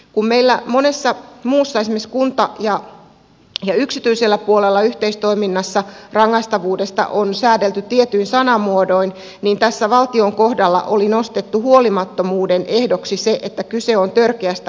kun meillä monessa muussa yhteistoiminnassa esimerkiksi kunta ja yksityisellä puolella on säädelty rangaistavuudesta tietyin sanamuodoin niin tässä valtion kohdalla oli nostettu huolimattomuuden ehdoksi se että kyse on törkeästä huolimattomuudesta